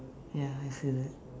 ya I see that